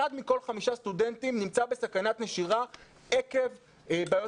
אחד מכל חמישה סטודנטים נמצא בסכנת נשירה עקב בעיות